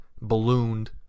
ballooned